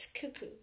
cuckoo